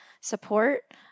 support